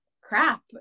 crap